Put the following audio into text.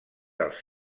dels